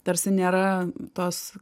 tarsi nėra tos